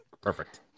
perfect